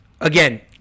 again